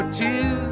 two